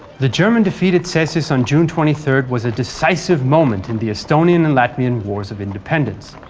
the german defeat at cesis on june twenty third was a decisive moment in the estonian and latvian wars of independence.